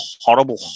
horrible